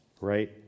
right